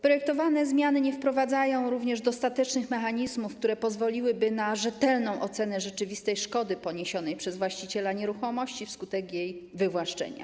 Projektowane zmiany nie wprowadzają również dostatecznych mechanizmów, które pozwoliłyby na rzetelną ocenę rzeczywistej szkody poniesionej przez właściciela nieruchomości wskutek jej wywłaszczenia.